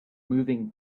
moving